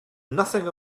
nothing